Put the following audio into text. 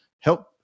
help